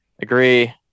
Agree